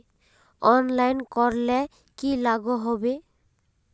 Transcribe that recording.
Online करले की लागोहो होबे?